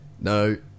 no